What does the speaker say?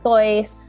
Toys